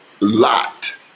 Lot